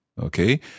Okay